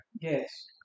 Yes